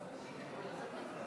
(קוראת בשמות חברי הכנסת)